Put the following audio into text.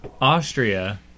Austria